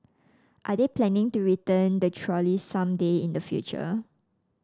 are they planning to return the trolley some day in the future